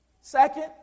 Second